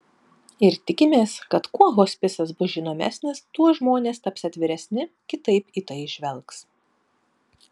ir tikimės kad kuo hospisas bus žinomesnis tuo žmonės taps atviresni kitaip į tai žvelgs